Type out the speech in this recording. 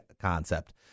concept